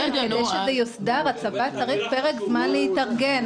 ולכן כדי שזה יוסדר הצבא צריך פרק זמן להתארגן.